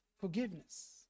forgiveness